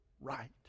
right